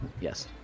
yes